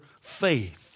faith